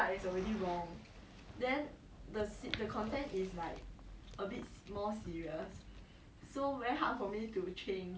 but I feel like he's not the kind that will buy this kind of thing eh but maybe cause I don't know him well enough